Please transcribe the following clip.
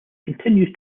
continues